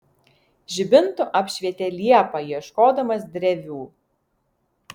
žibintu apšvietė liepą ieškodamas drevių